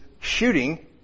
shooting